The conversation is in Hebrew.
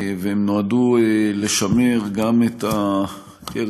והם נועדו לשמר גם את הערך,